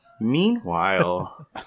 Meanwhile